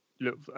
look